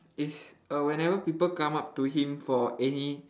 is err whenever people come up to him for any